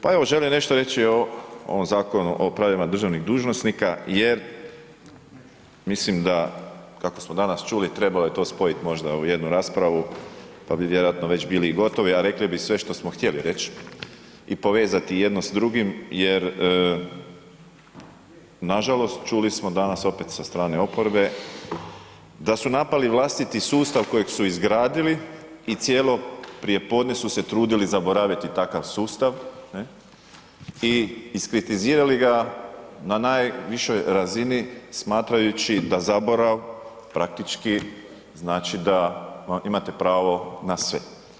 Pa evo želim nešto reći o ovom Zakonu o pravima državnih dužnosnika jer mislim da kako smo danas čuli trebalo je to spojit možda u jednu raspravu pa bi vjerojatno već bili i gotovi, a rekli bi sve što smo htjeli reći i povezati jedno s drugim jer nažalost čuli smo danas opet sa strane oporbe da su napali vlastiti sustav kojeg su izgradili i cijelo prijepodne su se trudili zaboraviti takav sustav ne, i iskritizirali ga na najvišoj razini smatrajući da zaborav praktički znači da imate pravo na sve.